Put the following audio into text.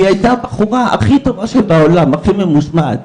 והיא הייתה הבחורה הכי טובה שבעולם, הכי ממושמעת.